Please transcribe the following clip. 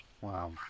Wow